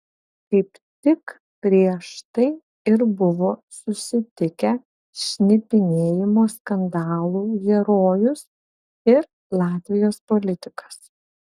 kaip tik prieš tai ir buvo susitikę šnipinėjimo skandalų herojus ir latvijos politikas